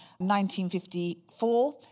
1954